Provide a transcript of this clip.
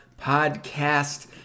Podcast